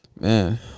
Man